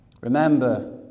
Remember